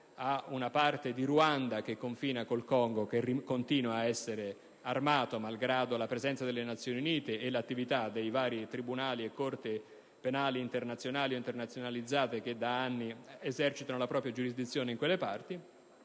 ad una parte del Ruanda che confina con il Congo e che continua ad essere armata malgrado la presenza delle Nazioni Unite e l'attività dei vari tribunali e corti penali internazionali o internazionalizzate che da anni esercitano la propria giurisdizione in quegli ambiti.